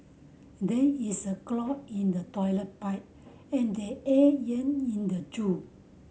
there is a clog in the toilet pipe and the air in the zoo